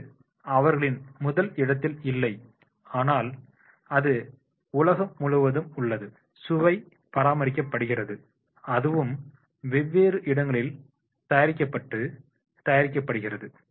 இது அவர்களின் முதல் இடத்தில் இல்லை ஆனால் அது உலகம் முழுவதும் உள்ளது சுவை பராமரிக்கப்படுகிறது அதுவும் வெவ்வேறு இடங்களில் தயாரிக்கப்பட்டு தயாரிக்கப்படுகிறது